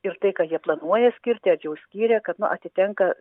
ir tai ką jie planuoja skirti ar jau skyrė kad nu atitenka